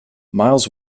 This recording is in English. miles